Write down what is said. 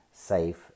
safe